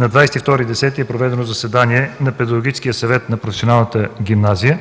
2012 г. е проведено заседание на Педагогическия съвет на Професионалната гимназия